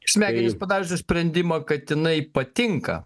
smegenys padariusios sprendimą kad jinai patinka